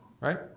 right